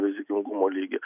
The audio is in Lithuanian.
rizikingumo lygį